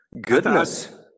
Goodness